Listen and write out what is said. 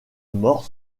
mort